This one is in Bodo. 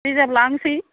रिजार्भ लानोसै